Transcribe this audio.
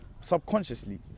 Subconsciously